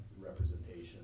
representation